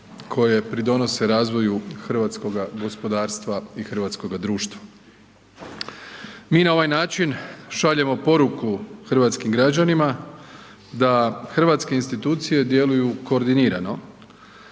koje pridonose razvoju hrvatskoga gospodarstva i hrvatskoga društva. Mi na ovaj način šaljemo poruku hrvatskim građanima da hrvatske institucije djeluju koordinirano